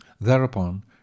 Thereupon